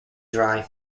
dry